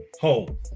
home